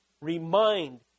remind